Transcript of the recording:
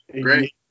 Great